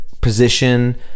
position